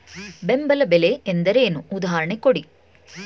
ಬೆಂಬಲ ಬೆಲೆ ಎಂದರೇನು, ಉದಾಹರಣೆ ಕೊಡಿ?